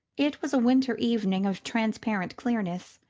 it was a winter evening of transparent clearness,